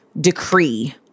decree